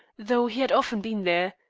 though he had often been there.